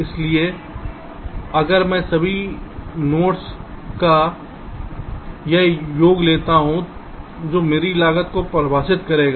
इसलिए अगर मैं सभी वेइट्स का यह योग लेता हूं जो मेरी लागत को परिभाषित करेगा